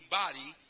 body